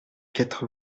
quatre